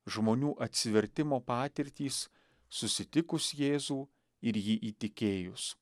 žmonių atsivertimo patirtys susitikus jėzų ir jį įtikėjus